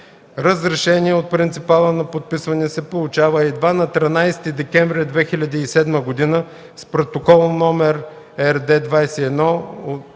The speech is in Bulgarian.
Разрешение от принципала за подписването се получава едва на 13 декември 2007 г. с Протокол РД-21-531/13